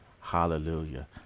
hallelujah